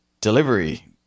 delivery